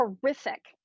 horrific